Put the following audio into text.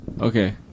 Okay